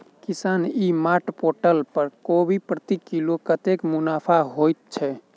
किसान e mart portal पर कोबी प्रति किलो कतै मुनाफा होइ छै?